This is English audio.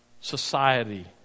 society